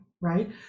right